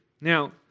Now